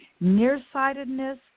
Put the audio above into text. nearsightedness